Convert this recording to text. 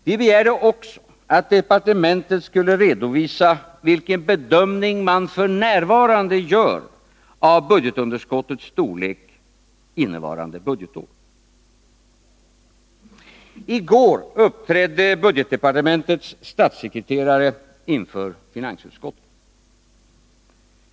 Vi begärde också att departementet skulle redovisa vilken bedömning man f.n. gör av budgetunderskottets storlek innevarande budgetår. I går uppträdde budgetdepartementets statssekreterare inför finansutskottet.